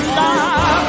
love